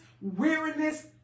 weariness